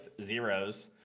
zeros